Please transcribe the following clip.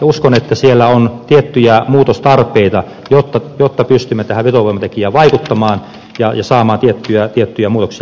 uskon että siellä on tiettyjä muutostarpeita jotta pystymme tähän vetovoimatekijään vaikuttamaan ja saamaan tiettyjä muutoksia aikaan